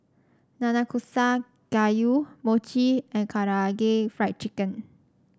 Nanakusa Gayu Mochi and Karaage Fried Chicken